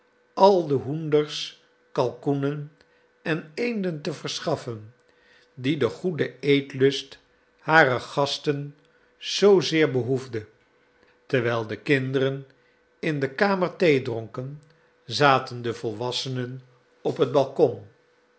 al de hoenders kalkoenen en eenden te verschaffen die de goede eetlust harer gasten zoozeer behoefde terwijl de kinderen in de kamer thee dronken zaten de volwassenen op het balkon